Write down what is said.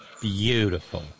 beautiful